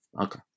Okay